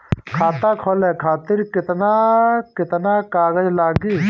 खाता खोले खातिर केतना केतना कागज लागी?